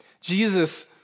Jesus